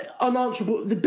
unanswerable